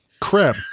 crap